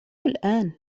الآن